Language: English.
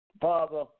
Father